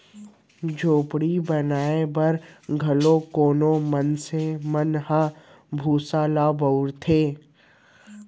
झोपड़ी बनाए बर घलौ कोनो मनसे मन ह भूसा ल बउरथे